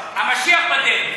המשיח בדרך,